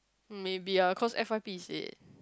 maybe ah of course F_Y_P is it